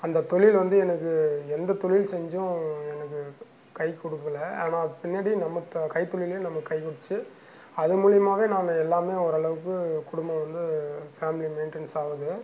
அந்த தொழில் வந்து எனக்கு எந்த தொழில் செஞ்சும் எனக்கு கை கொடுக்கல ஆனால் பின்னாடி நமக்கு கைத்தொழிலே நமக்கு கைகொடுத்துச்சு அது மூலிமாவே நாங்கள் எல்லாமே ஓரளவுக்கு குடும்பம் வந்து ஃபேமிலி மெயின்டெயின்ஸ் ஆனது